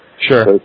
Sure